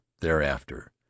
thereafter